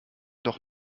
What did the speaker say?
doch